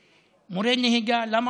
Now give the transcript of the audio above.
במונית, למה למורי נהיגה אסור?